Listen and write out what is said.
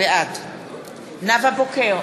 בעד נאוה בוקר,